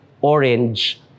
orange